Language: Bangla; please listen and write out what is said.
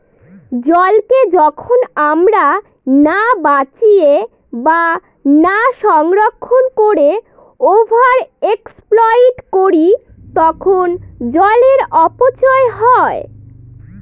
জলকে যখন আমরা না বাঁচিয়ে বা না সংরক্ষণ করে ওভার এক্সপ্লইট করি তখন জলের অপচয় হয়